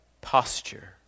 posture